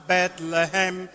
Bethlehem